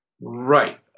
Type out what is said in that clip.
Right